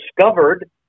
discovered